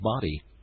body